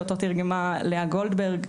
שאותו תרגמה לאה גולדברג,